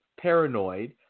paranoid